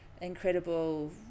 incredible